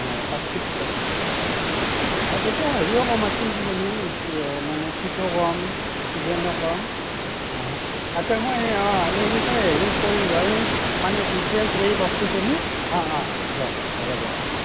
অঁ অঁ তেতিয়া হেৰিও কম আছিল কিজানি মানে চিটো কম ষ্টুডেণ্টো কম আচ্ছা মই অঁ এই হেৰি কৰি মানে ডিটেইলছ এই বস্তুখিনি অঁ অঁ দিয়ক হ'ব দিয়ক অ'